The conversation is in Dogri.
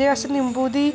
जे अस निम्बू दी